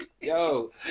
Yo